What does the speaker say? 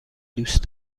دوست